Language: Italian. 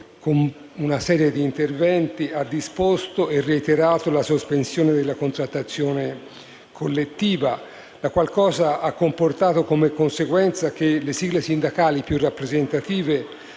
con molteplici interventi, abbia disposto e reiterato la sospensione della contrattazione collettiva, la qual cosa ha comportato come conseguenza che le sigle sindacali più rappresentative